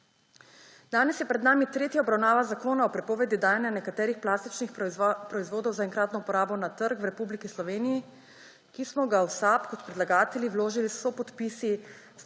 Danes je pred nami tretja obravnava zakona o prepovedi dajanja nekaterih plastičnih proizvodov za enkratno uporabo na trg v Republiki Sloveniji, ki smo ga v SAB kot predlagatelji vložili s sopodpisi